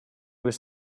was